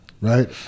Right